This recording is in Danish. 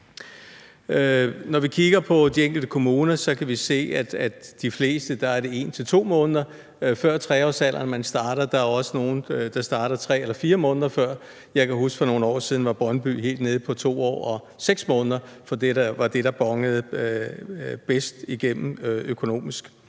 Når vi kigger på de enkelte kommuner, kan vi se, at det hos de fleste er 1-2 måneder før 3-årsalderen, man starter, men der er også nogle, der starter 3 eller 4 måneder før. Jeg kan huske, at for nogle år siden var Brøndby helt nede på 2 år og 6 måneder, for det var det, der bonede bedst igennem økonomisk.